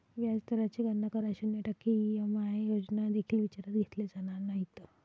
व्याज दराची गणना करा, शून्य टक्के ई.एम.आय योजना देखील विचारात घेतल्या जाणार नाहीत